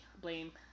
blame